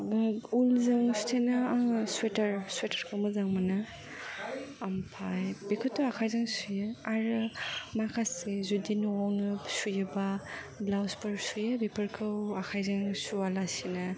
बे ऊलजों सुथेनो आङो स्वेटारखौ मोजां मोनो ओमफ्राय बेखौथ' आखायजों सुयो आरो माखासे जुदि न'आवनो सुयोबा ब्लाउसफोर सुयो बेफोरखौ आखाइजों सुआलासिनो